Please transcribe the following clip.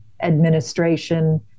administration